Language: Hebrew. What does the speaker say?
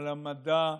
על המדע,